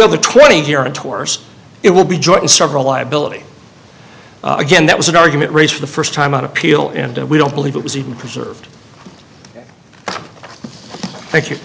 other twenty here in tours it will be joint and several liability again that was an argument raise for the first time on appeal and we don't believe it was even preserved thank you